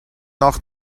nach